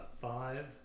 five